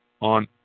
on